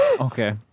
okay